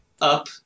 Up